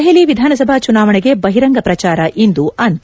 ದೆಹಲಿ ವಿಧಾನಸಭಾ ಚುನಾವಣೆಗೆ ಬಹಿರಂಗ ಪ್ರಚಾರ ಇಂದು ಅಂತ್ಯ